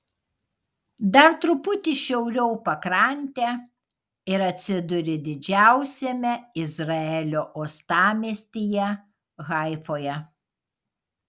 dar truputį šiauriau pakrante ir atsiduri didžiausiame izraelio uostamiestyje haifoje